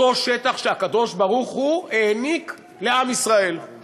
אותו שטח שהקדוש-ברוך-הוא העניק לעם ישראל,